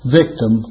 victim